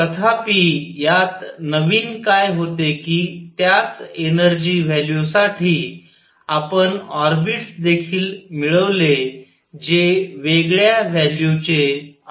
तथापि यात नवीन काय होते की त्याच एनर्जी व्हॅल्यूसाठी आपण ऑर्बिटस देखील मिळवले जे वेगळ्या व्हॅल्यूचे असू शकत होते